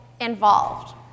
involved